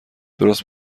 درست